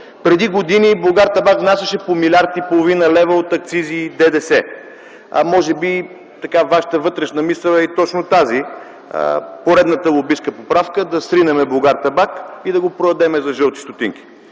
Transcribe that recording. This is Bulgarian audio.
Преди години „Булгартабак” внасяше по 1,5 млрд. лв. от акцизи и ДДС. Може би вашата вътрешна мисъл е точно тази – поредната лобистка поправка, да сринем „Булгартабак” и да го продадем за жълти стотинки.